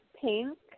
pink